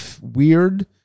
weird